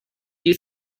you